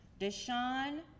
Deshaun